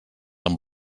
amb